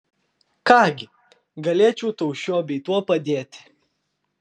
ką gi galėčiau tau šiuo bei tuo padėti